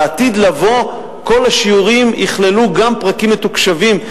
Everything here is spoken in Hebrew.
לעתיד לבוא, כל השיעורים יכללו גם פרקים מתוקשבים.